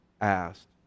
asked